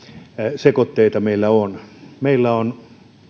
biosekoitteita meillä on meillä on